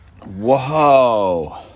Whoa